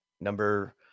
number